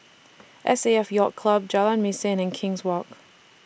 S A F Yacht Club Jalan Mesin and King's Walk